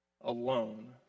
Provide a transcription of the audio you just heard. alone